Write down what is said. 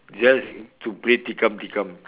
just to play tikam tikam